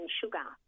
sugar